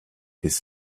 his